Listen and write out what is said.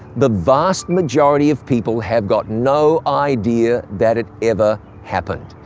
the vast majority of people have got no idea that it ever happened,